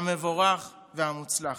המבורך והמוצלח.